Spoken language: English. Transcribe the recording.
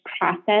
process